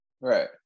Right